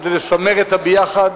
כדי לשמר את ה"ביחד"